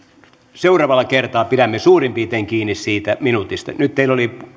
seuraavalla kertaa pidämme suurin piirtein kiinni siitä minuutista nyt teillä oli